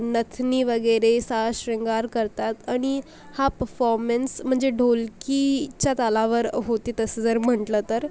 नथनी वगैरे साज शृंगार करतात आणि हा पफॉमन्स म्हणजे ढोलकीच्या तालावर होते तसं जर म्हंटलं तर